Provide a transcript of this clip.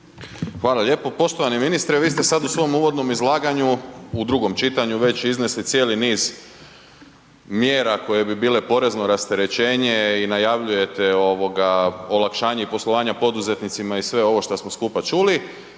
Hvala lijepo. Poštovani ministre, vi ste sada u svom uvodnom izlaganju u drugom čitanju već iznesli cijeli niz mjera koje bi bile porezno rasterećenje i najavljujete olakšanje i poslovanje poduzetnicima i sve ovo šta smo skupa čuli.